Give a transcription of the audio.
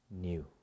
new